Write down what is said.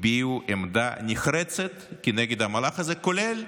הביעו עמדה נחרצת כנגד המהלך הזה, כולל